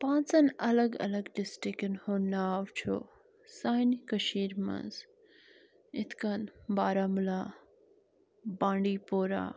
پانٛژَن الگ الگ ڈِسٹِرٛکَن ہُنٛد ناو چھُ سانہِ کٔشیٖرِ منٛز یِتھ کٔنۍ بارہمولہ بانٛڈی پوٗرہ